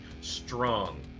Strong